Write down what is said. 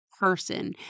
person